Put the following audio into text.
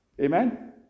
Amen